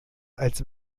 als